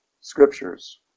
scriptures